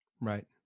Right